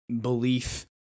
belief